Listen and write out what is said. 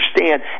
understand